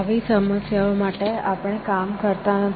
આવી સમસ્યાઓ માટે આપણે કામ કરતા નથી